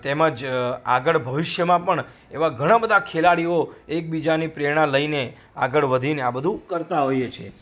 તેમજ આગળ ભવિષ્યમાં પણ એવા બધા ઘણા ખેલાડીઓ એકબીજાની પ્રેરણા લઈને આગળ વધીને આ બધું કરતા હોઈએ છે